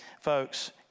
folks